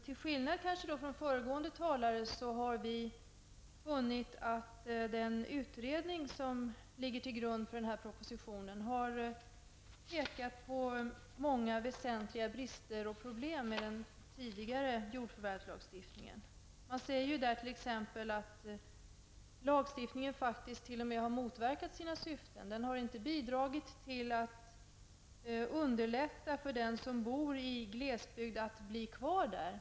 Till skillnad från föregående talare har vi funnit att den utredning som ligger till grund för propositionen pekar på många väsentliga brister och problem med den nuvarande jordförvärvslagstiftningen. Man säger t.ex. att lagstiftningen faktiskt har motverkat sina syften och inte bidragit till att underlätta för dem som bor i glesbygd att bli kvar där.